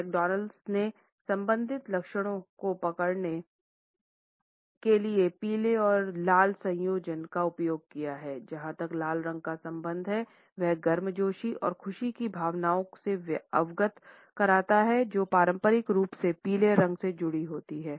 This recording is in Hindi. मैकडॉनल्ड्स ने संबंधित लक्षणों को पकड़ने के लिए पीले और लाल संयोजन का उपयोग किया है जहाँ तक लाल रंग का संबंध है वह गर्मजोशी और खुशी की भावनाओं से अवगत कराता है जो पारंपरिक रूप से पीले रंग से जुड़ी होती है